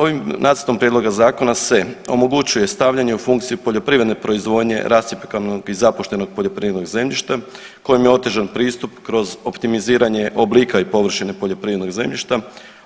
Ovim nacrtom prijedloga zakona se omogućuje stavljanje u funkciju poljoprivredne proizvodnje rascjepkanog i zapuštenog poljoprivrednog zemljišta kojem je otežan pristup kroz optimiziranje oblika i površine poljoprivrednog zemljišta,